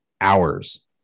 hours